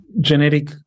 genetic